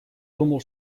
думал